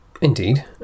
Indeed